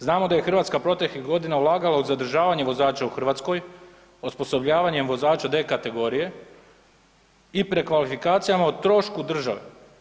Znamo da je Hrvatska proteklih godina ulaganja u zadržavanje vozača u Hrvatskoj, osposobljavanjem vozača D kategorije i prekvalifikacijama o trošku države.